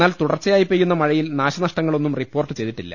എന്നാൽ തുടർച്ചയായി പെയ്യുന്ന മഴയിൽ നാശനഷ്ടങ്ങളൊന്നും റിപ്പോർട്ട് ചെയ്തിട്ടില്ല